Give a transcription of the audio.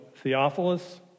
Theophilus